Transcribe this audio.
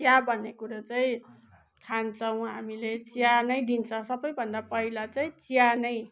चिया भन्ने कुरो चाहिँ खान्छौँ हामीले चिया नै दिन्छ सबैभन्दा पहिला चाहिँ चिया नै